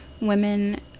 Women